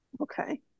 Okay